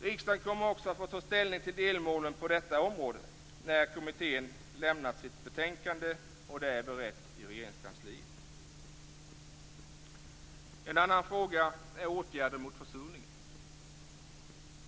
Riksdagen kommer också att få ta ställning till delmålen på detta område när kommittén lämnat sitt betänkande och detta beretts i Regeringskansliet. En annan fråga är åtgärder mot försurningen.